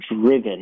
driven